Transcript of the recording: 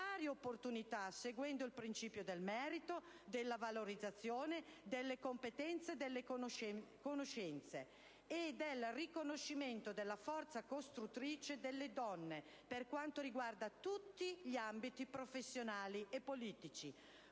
opportunità, seguendo il principio del merito, della valorizzazione delle competenze, delle conoscenze e del riconoscimento della forza costruttrice delle donne, per quanto riguarda tutti gli ambiti professionali e politici.